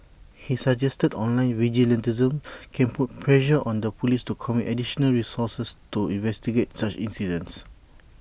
he suggested online vigilantism can put pressure on the Police to commit additional resources to investigate such incidents